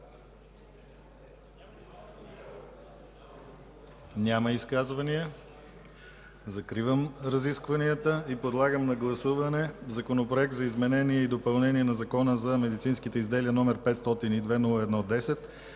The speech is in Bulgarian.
Няма изказвания. Закривам разискванията. Подлагам на гласуване Законопроект за изменение и допълнение на Закона за медицинските изделия, № 502-01-10,